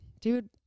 dude